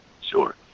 Sure